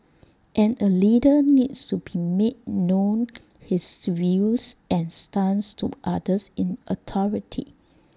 and A leader needs to be make known his views and stance to others in authority